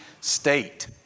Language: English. state